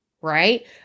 Right